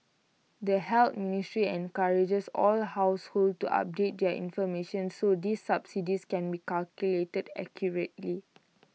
the health ministry encourages all households to update their information so these subsidies can be calculated accurately